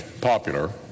popular